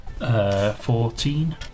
14